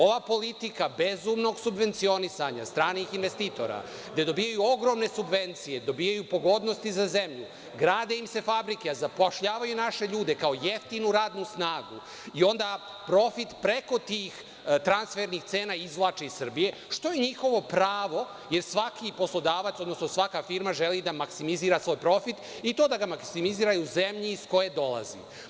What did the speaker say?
Ova politika bezumnog subvencionisanja, stranih investitora, gde dobijaju ogromne subvencije, dobijaju pogodnosti za zemlju, grade im se fabrike, zapošljavaju naše ljude kao jeftinu radnu snagu, i onda profit preko tih transfernih cena izvlače iz Srbije, što je njihovo pravo, jer svaki poslodavac, odnosno svaka firma želi da maksimizira svoj profit, i da ga maksimizira u zemlji iz koje dolazi.